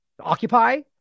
Occupy